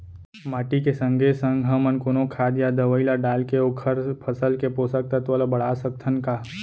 माटी के संगे संग हमन कोनो खाद या दवई ल डालके ओखर फसल के पोषकतत्त्व ल बढ़ा सकथन का?